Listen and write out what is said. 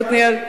עתניאל,